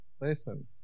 listen